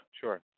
sure